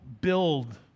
build